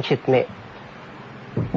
संक्षिप्त समाचार